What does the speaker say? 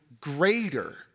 greater